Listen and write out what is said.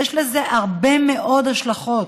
יש לזה הרבה מאוד השלכות,